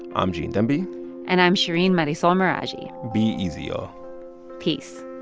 i'm gene demby and i'm shereen marisol meraji be easy, y'all peace